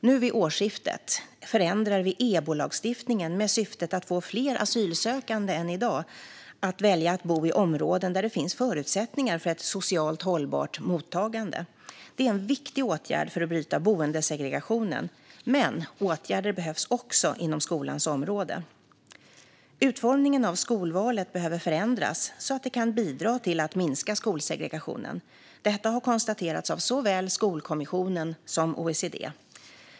Nu vid årsskiftet förändrar vi EBO-lagstiftningen med syftet att få fler asylsökande än i dag att välja att bo i områden där det finns förutsättningar för ett socialt hållbart mottagande. Det är en viktig åtgärd för att bryta boendesegregationen, men åtgärder behövs också inom skolans område. Utformningen av skolvalet behöver förändras så att det kan bidra till att minska skolsegregationen. Detta har konstaterats av såväl Skolkommissionen som OECD.